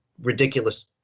ridiculous